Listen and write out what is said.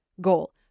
goal